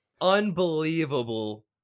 Unbelievable